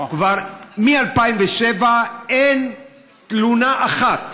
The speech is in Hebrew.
מ-2007 אין תלונה אחת,